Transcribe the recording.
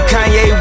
Kanye